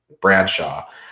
Bradshaw